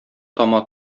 тама